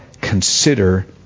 consider